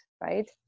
right